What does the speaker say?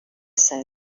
said